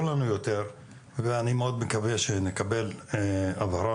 לנו יותר ואני מאוד מקווה שנקבל הבהרה